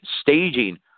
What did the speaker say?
staging